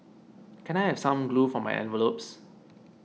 can I have some glue for my envelopes